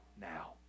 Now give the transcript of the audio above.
now